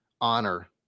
honor